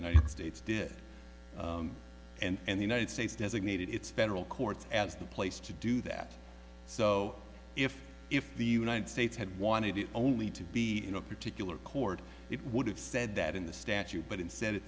united states did and the united states designated its federal courts as the place to do that so if if the united states had wanted it only to be in a particular court it would have said that in the statute but instead it